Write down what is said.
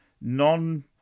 non